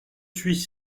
suis